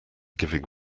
giving